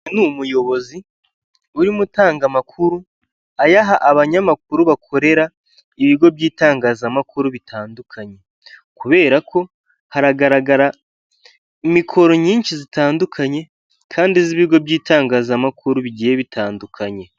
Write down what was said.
Uyu ni umuyobozi urimo utanga amakuru ayaha abanyamakuru bakorera ibigo by'itangazamakuru bitandukanye kubera ko haragaragara imikoro nyinshi zitandukanye kandi z'ibigo by'itangazamakuru bigiye bitandukanye.